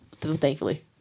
thankfully